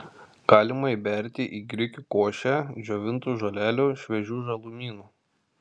galima įberti į grikių košę džiovintų žolelių šviežių žalumynų